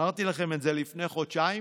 אמרתי לכם את זה לפני חודשיים,